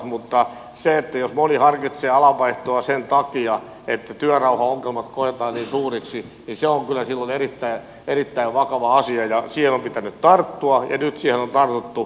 mutta jos moni harkitsee alan vaihtoa sen takia että työrauhaongelmat koetaan niin suuriksi niin se on kyllä silloin erittäin vakava asia ja siihen on pitänyt tarttua ja nyt siihen on tartuttu